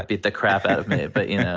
the the crap out of me. but, you know